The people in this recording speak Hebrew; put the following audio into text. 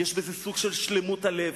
יש בזה סוג של שלמות הלב.